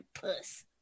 Puss